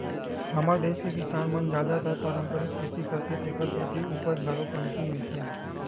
हमर देस के किसान मन जादातर पारंपरिक खेती करथे तेखर सेती उपज घलो कमती मिलथे